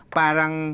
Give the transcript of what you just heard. parang